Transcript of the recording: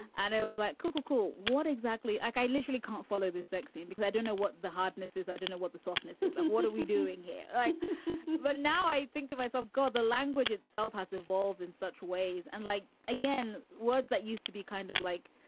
and it was like coo coo what exactly? like, i literally can't follow this scene because i don't know what the hardness is. i don't know what the softness is. and what are we doing here right but now? i think to myself, god, the language itself has evolved in such ways. and like, again, words that used to be kind of like,